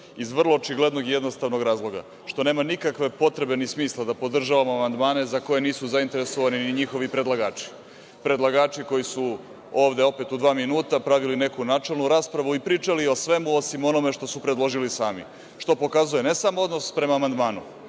iz vrlo očiglednog i jednostavnog razloga – što nema nikakve potrebe ni smisla da podržavamo amandmane za koje nisu zainteresovani ni njihovi predlagači, predlagači koji su ovde opet u dva minuta pravili neku načelnu raspravu i pričali o svemu osim o onome što su predložili sami. Sve to pokazuje ne samo odnos prema amandmanu,